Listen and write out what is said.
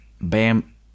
Bam—